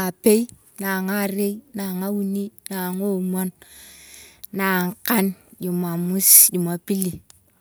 Apei na ngarae naa ngauni naa ngomubr naa ngukan jumamos jumapili.